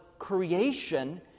creation